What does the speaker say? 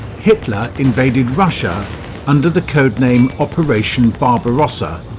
hitler invaded russia under the codename operation barbarossa.